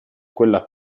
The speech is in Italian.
quella